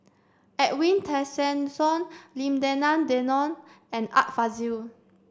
Edwin Tessensohn Lim Denan Denon and Art Fazil